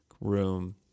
room